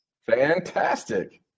Fantastic